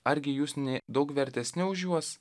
argi jūs ne daug vertesni už juos